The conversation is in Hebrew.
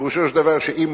פירושו של דבר הוא שאם